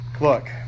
look